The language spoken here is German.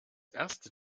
erste